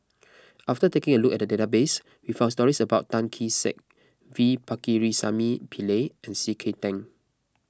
after taking a look at the database we found stories about Tan Kee Sek V Pakirisamy Pillai and C K Tang